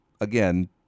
again